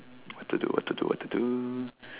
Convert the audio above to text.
what to do what to do what to do